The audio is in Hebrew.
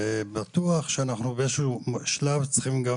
ובטוח שאנחנו באיזה שהוא שלב צריכים גם